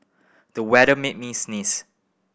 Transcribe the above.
the weather made me sneeze